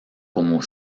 como